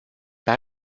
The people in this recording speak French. par